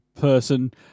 person